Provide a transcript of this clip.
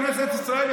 בכנסת ישראל,